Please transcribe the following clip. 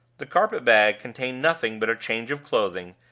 the carpet-bag contained nothing but a change of clothing,